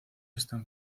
están